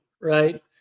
right